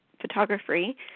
Photography